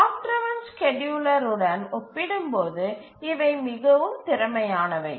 clock driven scheduler உடன் ஒப்பிடும்போது இவை மிகவும் திறமையானவை